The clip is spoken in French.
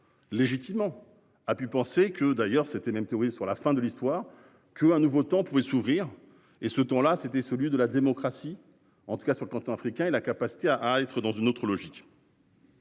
Légitimement a pu penser que, d'ailleurs c'était même touristes sur la fin de l'histoire que un nouveau temps pouvait s'ouvrir et ce ton-là, c'était celui de la démocratie en tout cas sur le continent africain et la capacité à à être dans une autre logique.